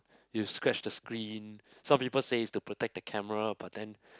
it'll scratch the screen some people say is to protect the camera but then